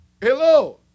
Hello